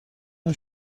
اون